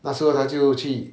那时候他就去